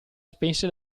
spense